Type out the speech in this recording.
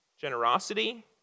Generosity